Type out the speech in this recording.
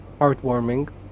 heartwarming